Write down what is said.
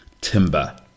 Timber